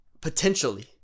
potentially